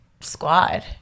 Squad